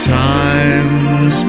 times